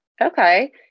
Okay